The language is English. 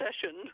session